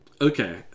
Okay